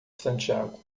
santiago